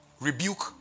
rebuke